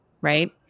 right